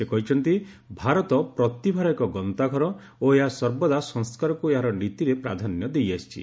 ସେ କହିଛନ୍ତି ଭାରତ ପ୍ରତିଭାର ଏକ ଗନ୍ତାଘର ଓ ଏହା ସର୍ବଦା ସଂସ୍କାରକୁ ଏହାର ନୀତିରେ ପ୍ରାଧାନ୍ୟ ଦେଇଆସିଛି